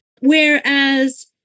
Whereas